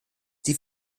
sie